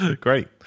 Great